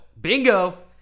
bingo